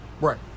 Right